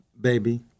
baby